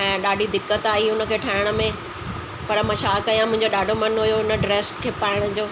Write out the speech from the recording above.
ऐं ॾाढी दिक़त आई उन खे ठाहिण में पर मां छा कयां मुंहिंजा ॾाढो मनु हुओ उन ड्रेस खे पाइण जो